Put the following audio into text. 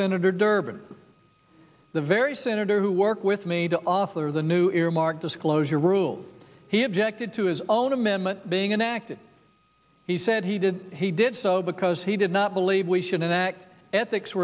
senator durbin the very senator who work with me to offer the new earmark disclosure rules he objected to his own amendment being enacted he said he did he did so because he did not believe we should enact ethics